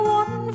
one